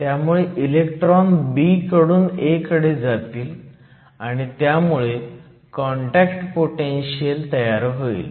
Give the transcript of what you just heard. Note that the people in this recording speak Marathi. त्यामुळे इलेक्ट्रॉन B कडून A कडे जातील आणि त्यामुळे कॉन्टॅक्ट पोटेनशीयल तयार होईल